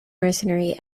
mercenary